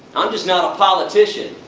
i'm just not a politician.